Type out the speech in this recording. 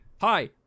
hi